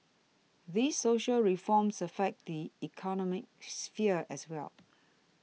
these social reforms affect the economic sphere as well